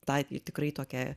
tą tikrai tokią